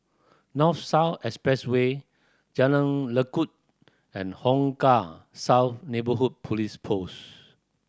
North South Expressway Jalan Lekub and Hong Kah South Neighbourhood Police Post